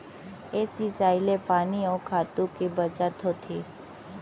ए सिंचई ले पानी अउ खातू के बचत होथे